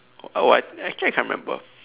oh I actually I can't remember